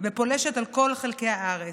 וחולשת על כל חלקי הארץ.